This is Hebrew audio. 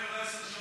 מעבר לעשר שעות,